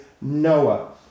Noah